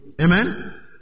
Amen